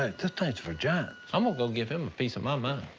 ah for giants. i'm gonna go give him a piece of my mind.